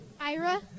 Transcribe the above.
Ira